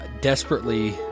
desperately